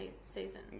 season